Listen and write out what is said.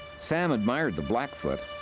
sam admired the blackfoot